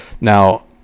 Now